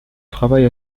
travail